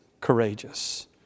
courageous